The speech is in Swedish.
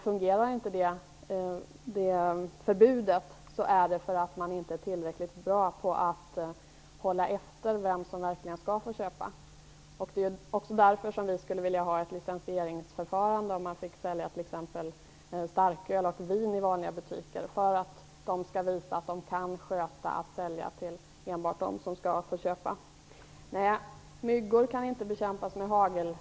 Fungerar förbudet inte beror det på att butikerna inte är tillräckligt bra på att hålla efter vem som verkligen skall få köpa. Det är också därför vi skulle vilja ha ett licensieringsförfarande när det gäller försäljning av t.ex. starköl och vin i vanliga butiker. Butikerna skall visa att de kan sköta sig och enbart sälja till dem som skall få köpa. Myggor kan inte bekämpas med hagelgevär.